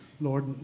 Lord